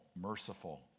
merciful